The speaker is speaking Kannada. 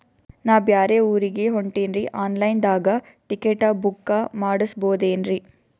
ನಾ ಬ್ಯಾರೆ ಊರಿಗೆ ಹೊಂಟಿನ್ರಿ ಆನ್ ಲೈನ್ ದಾಗ ಟಿಕೆಟ ಬುಕ್ಕ ಮಾಡಸ್ಬೋದೇನ್ರಿ?